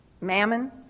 mammon